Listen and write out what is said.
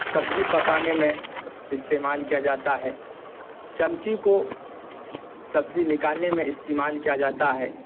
سبزی پکانے میں استعمال کیا جاتا ہے چمچی کو سبزی نکالنے میں استعمال کیا جاتا ہے